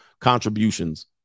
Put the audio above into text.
contributions